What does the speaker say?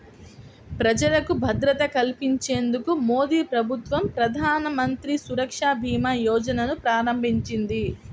ప్రజలకు భద్రత కల్పించేందుకు మోదీప్రభుత్వం ప్రధానమంత్రి సురక్ష భీమా యోజనను ప్రారంభించింది